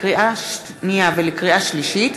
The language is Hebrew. לקריאה שנייה ולקריאה שלישית: